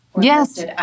Yes